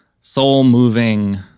soul-moving